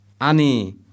ani